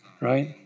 right